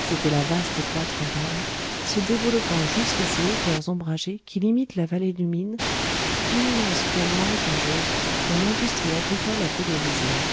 c'était la vaste et plate campagne se développant jusqu'à ces hauteurs ombragées qui limitent la vallée du min immenses plaines marécageuses dont l'industrie agricole a fait des rizières